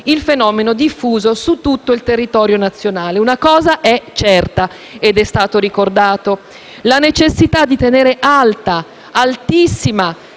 il fenomeno diffuso su tutto il territorio nazionale. Una cosa è certa, com'è stato ricordato: la necessità di tenere alta, altissima